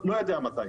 לא יודע מתי.